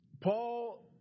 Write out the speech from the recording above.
Paul